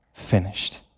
finished